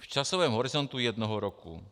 V časovém horizontu jednoho roku.